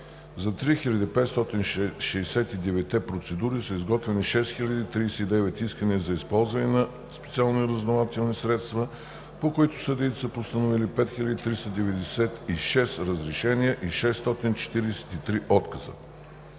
За 3569-те процедури са изготвени 6039 искания за използване на специални разузнавателни средства, по които съдиите са постановили 5396 разрешения и 643 отказа.